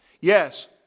Yes